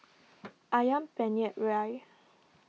Ayam Penyet Ria